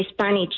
Spanish